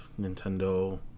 Nintendo